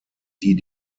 die